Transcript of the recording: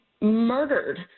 murdered